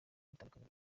bitandukanye